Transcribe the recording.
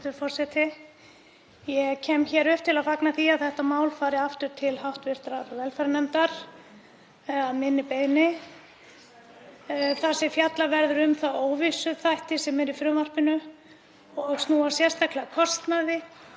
Ég kem hingað upp til að fagna því að þetta mál fari aftur til hv. velferðarnefndar að minni beiðni þar sem fjallað verður um þá óvissuþætti sem eru í frumvarpinu og snúa sérstaklega að kostnaði